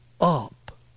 up